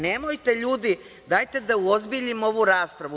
Nemojte ljudi, dajte da uozbiljimo ovu raspravu.